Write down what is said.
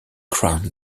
crown